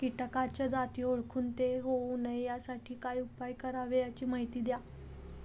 किटकाच्या जाती ओळखून ते होऊ नये यासाठी काय उपाय करावे याची माहिती द्या